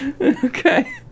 okay